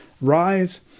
rise